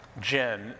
Jen